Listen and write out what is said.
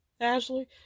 Ashley